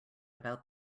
about